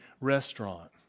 restaurant